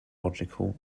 logical